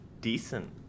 decent